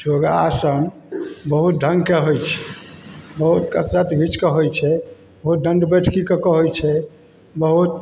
योगासन बहुत ढङ्गके होइ छै बहुत कसरत खीँचिके होइ छै बहुत दण्ड बैठकी कऽ के होइ छै बहुत